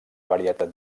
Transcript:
varietat